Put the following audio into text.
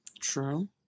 True